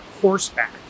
horseback